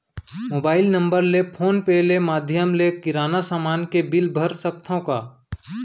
Mobile number ले PhonePe ले माधयम ले किराना समान के बिल भर सकथव का?